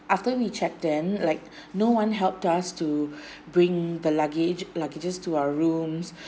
after we checked in like no one helped us to bring the luggage luggages to our rooms